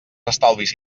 estalvis